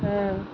ହ